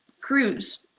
crews